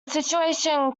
situation